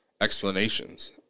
explanations